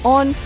on